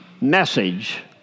message